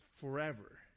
forever